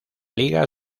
liga